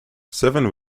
seven